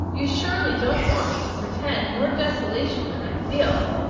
you surely don't want me to pretend more desolation than i feel.